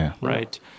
right